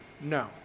No